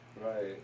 right